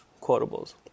quotables